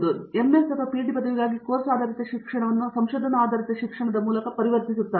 ಅವರು ನಿಮಗೆ ಎಂಎಸ್ ಮತ್ತು ಪಿಎಚ್ಡಿ ಪದವಿಗಾಗಿ ಕೋರ್ಸ್ ಆಧಾರಿತ ಶಿಕ್ಷಣವನ್ನು ಸಂಶೋಧನಾ ಆಧಾರಿತ ಶಿಕ್ಷಣದ ಮೂಲಕ ಪರಿವರ್ತಿಸುತ್ತಾರೆ